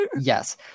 Yes